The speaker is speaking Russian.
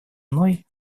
мной